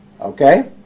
okay